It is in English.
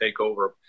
takeover